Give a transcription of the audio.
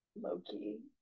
Loki